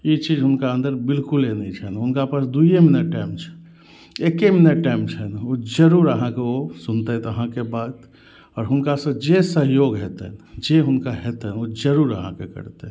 ई चीज हुनका अन्दर बिलकुले नहि छनि हुनका पास दुइये मिनट टाइम छनि एके मिनट टाइम छनि ओ जरूर अहाँके ओ सुनतथि अहाँके बात आओर हुनकासँ जे सहयोग हेतनि जे हुनका हेतनि ओ जरूर अहाँके करतै